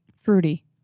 Fruity